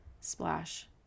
splash